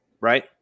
right